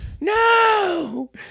no